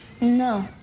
No